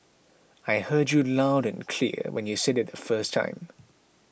I heard you loud and clear when you said it the first time